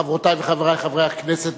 חברותי וחברי חברי הכנסת,